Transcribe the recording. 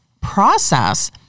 process